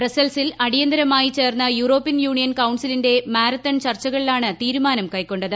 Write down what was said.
ബ്രസ്സൽസിൽ അടിയന്തരമായി ചേർന്ന European union കൌൺസിലിന്റെ മാരത്തൺ ചർച്ചുകളിലാണ് തീരുമാനം കൈക്കൊണ്ടത്